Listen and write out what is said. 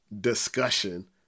discussion